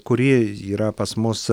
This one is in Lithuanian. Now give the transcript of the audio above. kuri yra pas mus